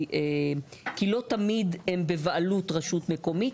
כי לא תמיד הם בבעלות רשות מקומית.